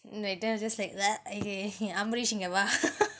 net I was just like amrish இங்க வா:inga vaa